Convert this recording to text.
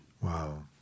Wow